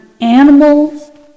animals